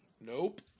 Nope